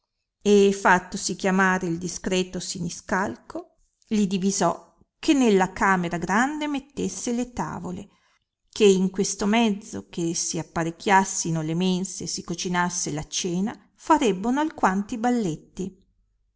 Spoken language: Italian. e fattosi chiamare il discreto siniscalco li divisò che nella camera grande mettesse le tavole che in questo mezzo che si apparecchiassino le mense e si cocinasse la cena farebbono alquanti balletti